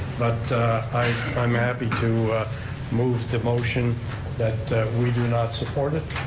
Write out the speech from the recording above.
but i'm i'm happy to move the motion that we do not support it,